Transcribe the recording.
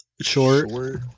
Short